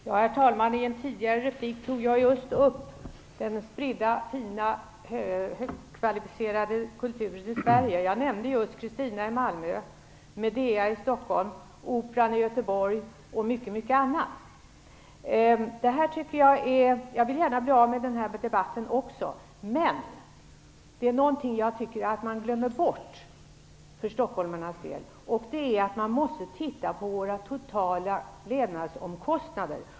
Herr talman! I en tidigare replik tog jag upp den spridda fina och högt kvalificerade kulturen i Sverige. Jag nämnde också Kristina från Duvemåla i Malmö, Medea i Stockholm och Operan i Göteborg och mycket annat. Jag vill också gärna avsluta den här debatten. Men det är något som jag tycker att man glömmer bort för stockholmarnas del, nämligen att man måste se på våra totala levnadsomkostnader.